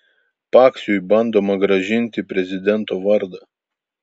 paksiui bandoma grąžinti prezidento vardą